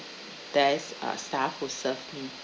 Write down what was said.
desk uh staff who served me